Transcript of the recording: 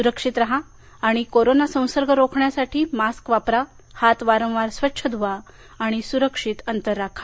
स्रक्षित राहा आणि कोरोना संसर्ग रोखण्यासाठी मास्क वापरा हात वारंवार स्वच्छ धूवा आणि सूरक्षित अंतर राखा